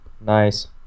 Nice